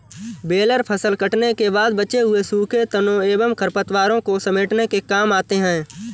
baler फसल कटने के बाद बचे हुए सूखे तनों एवं खरपतवारों को समेटने के काम आते हैं